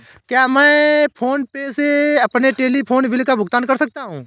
क्या मैं PhonePe से अपने टेलीफोन बिल का भुगतान कर सकता हूँ?